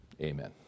Amen